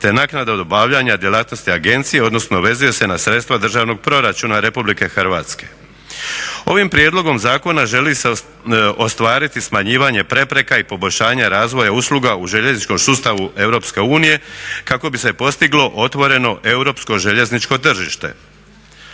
te naknada obavljanja djelatnosti agencije odnosno vezuje se na sredstva državnog proračuna RH. Ovim prijedlogom zakona želi se ostvariti smanjivanje prepreka i poboljšanja razvoja usluga u željezničkom sustavu EU kako bi se postiglo otvoreno europsko željezničko tržište.